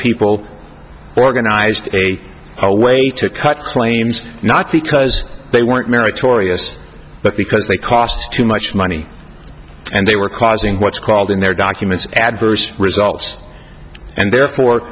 people organized a way to cut claims not because they weren't meritorious but because they cost too much money and they were causing what's called in their documents adverse results and therefore